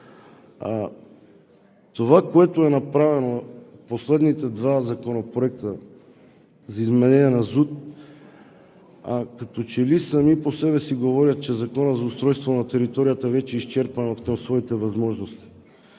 Това, което е направено – последните два законопроекта за изменение на ЗУТ, като че ли сами по себе си говорят, че Законът за устройство на територията вече е изчерпан откъм своите възможности.